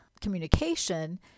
communication